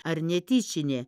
ar netyčinė